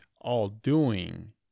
all-doing